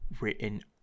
written